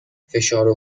فشار